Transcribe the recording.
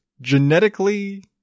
genetically